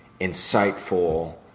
insightful